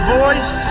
voice